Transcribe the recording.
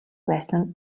байсан